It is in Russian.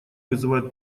вызывают